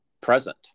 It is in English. present